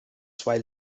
zwei